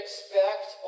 Expect